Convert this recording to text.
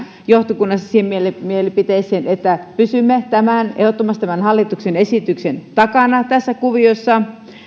johtokunnassa yksimielisesti siihen mielipiteeseen että pysymme ehdottomasti tämän hallituksen esityksen takana tässä kuviossa